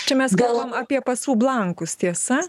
čia mes klabam apie pasų blankus tiesa